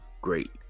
great